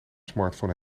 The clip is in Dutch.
smartphone